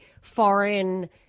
foreign –